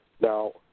Now